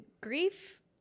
grief